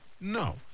No